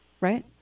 right